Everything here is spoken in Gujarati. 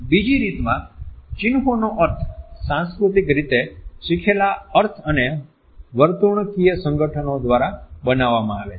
બીજી રીતમાં ચિન્હોનો અર્થ સાંસ્કૃતિક રીતે શીખેલા અર્થ અને વર્તણૂકીય સંગઠનો દ્વારા બનાવામાં આવે છે